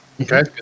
Okay